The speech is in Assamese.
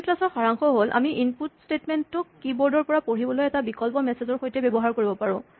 আজিৰ ক্লাছৰ সাৰাংশ হ'ল আমি ইনপুট স্টেটমেন্ট টোক কীবৰ্ড ৰ পৰা পঢ়িবলৈ এটা বিকল্প মেছেজ ৰ সৈতে ব্যৱহাৰ কৰিব পাৰোঁ